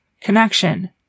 connection